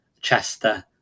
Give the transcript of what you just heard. Chester